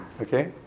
Okay